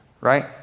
right